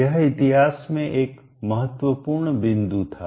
यह इतिहास में एक महत्वपूर्ण बिंदु था